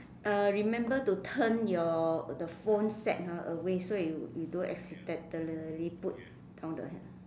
uh remember to turn your the phone set ah away so it would you don't accidentally put down the